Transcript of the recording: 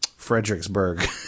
fredericksburg